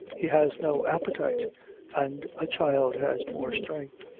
he has no appetite and a child has more strength.